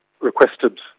requested